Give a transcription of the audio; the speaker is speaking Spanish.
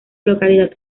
localidad